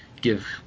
give